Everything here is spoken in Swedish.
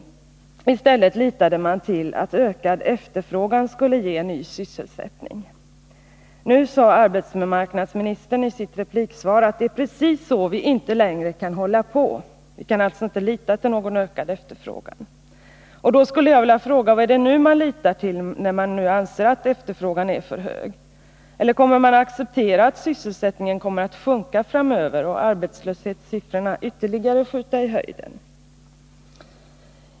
I stället litade man till att ökad efterfrågan skulle ge ny sysselsättning. Nu sade arbetsmarknadsministern i sin replik att det är precis så vi inte längre kan hålla på. Vi kan alltså inte lita till någon ökad efterfrågan. Jag skulle vilja fråga: Vad är det nu man litar till, när man anser att efterfrågan är för hög? Eller accepterar man att sysselsättningen kommer att sjunka framöver och arbetslöshetssiffrorna ytterligare skjuta i höjden?